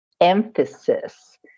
emphasis